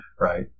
right